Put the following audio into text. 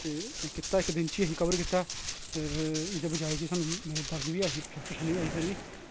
ते में कीता इक दिन च गै कवर कीता ते एह्दे बज़ाए कि सानूं में दर्द बी ऐ ही परेशानी बी ऐ ही